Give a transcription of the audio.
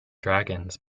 dragons